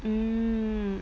mmhmm